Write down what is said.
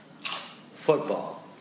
football